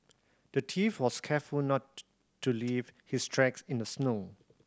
the thief was careful not to leave his tracks in the snow